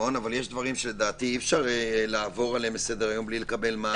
אבל יש דברים שלדעתי אי אפשר לעבור עליהם לסדר-היום בלי לקבל מענה.